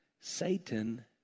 Satan